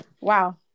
Wow